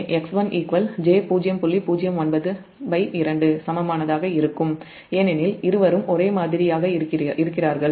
092 சமமானதாக இருக்கும் ஏனெனில் நேர்மறை வரிசை எதிர்வினை இருவரும் ஒரே மாதிரியாக இருக்கிறார்கள்